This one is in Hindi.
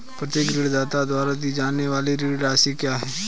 प्रत्येक ऋणदाता द्वारा दी जाने वाली ऋण राशि क्या है?